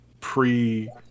pre